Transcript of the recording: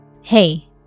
Hey